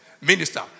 minister